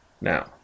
Now